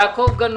שלום, יעקב.